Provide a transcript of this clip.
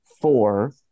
four